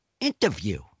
interview